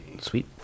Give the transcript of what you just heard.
Sweet